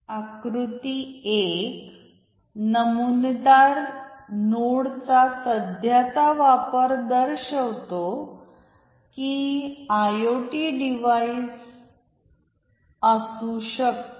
आकृती 1 नमुनेदार नोडचा सध्याचा वापर दर्शवितो जो की आयओटी डिव्हाइस असू शकतो